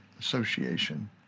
association